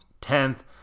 tenth